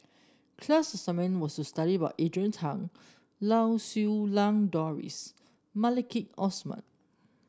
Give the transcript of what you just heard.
class assignment was to study about Adrian Tan Lau Siew Lang Doris Maliki Osman